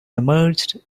emerged